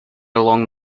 along